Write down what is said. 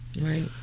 Right